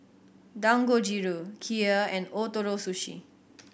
Dangojiru Kheer and Ootoro Sushi